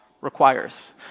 requires